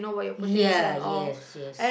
ya yes yes